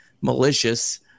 malicious